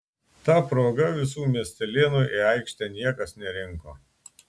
ta proga visų miestelėnų į aikštę niekas nerinko